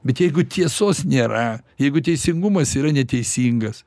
bet jeigu tiesos nėra jeigu teisingumas yra neteisingas